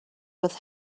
with